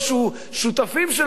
אבל הוא לא סומך עליהם באמת.